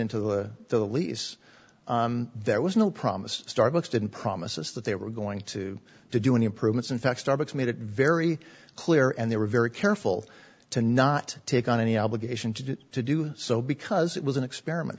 into the lease there was no promise starbucks didn't promise us that they were going to do any improvements in fact starbucks made it very clear and they were very careful to not take on any obligation to do it to do so because it was an experiment